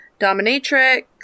Dominatrix